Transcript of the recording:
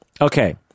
Okay